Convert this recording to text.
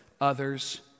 others